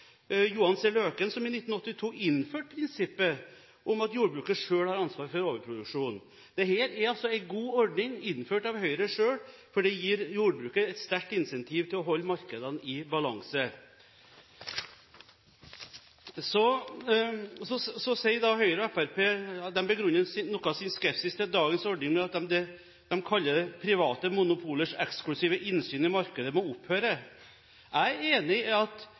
som i 1982 innførte prinsippet om at jordbruket selv har ansvaret for overproduksjon. Dette er altså en god ordning – innført av Høyre selv – for det gir jordbruket et sterkt incentiv til å holde markedene i balanse. Så begrunner Høyre og Fremskrittspartiet noe av sin skepsis til dagens ordning med at «private monopolers eksklusive innsyn i markedet skal opphøre». Jeg er enig i at